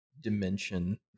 dimension